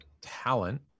talent